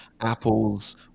apples